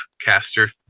caster